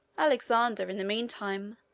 alexander, in the mean time,